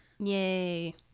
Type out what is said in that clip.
yay